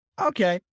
Okay